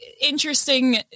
interesting